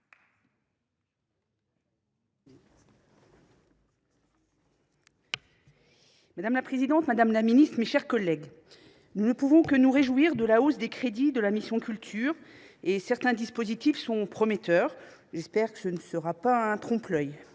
Madame la présidente, madame la ministre, mes chers collègues, nous ne pouvons que nous réjouir de la hausse des crédits de la mission « Culture ». Certains dispositifs sont prometteurs ; espérons que ce ne soient pas des trompe l’œil.